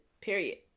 period